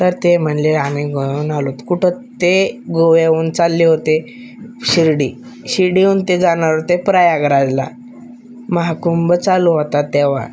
तर ते म्हणाले आम्ही गोव्याहून आलोत कुठं ते गोव्याहून चालले होते शिर्डी शिर्डीहून ते जाणार होते प्रयागराजला महाकुंभ चालू होता तेव्हा